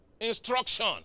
Instruction